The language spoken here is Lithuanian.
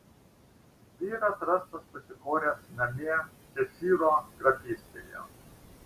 vyras rastas pasikoręs namie češyro grafystėje